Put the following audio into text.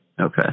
okay